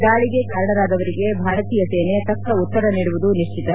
ದಾಳಿಗೆ ಕಾರಣರಾದವರಿಗೆ ಭಾರತೀಯ ಸೇನೆ ತಕ್ಷ ಉತ್ತರ ನೀಡುವುದು ನಿಶ್ಚಿತ